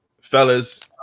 fellas